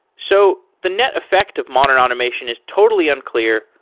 so the net effect of modern automation is totally unclear,